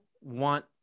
want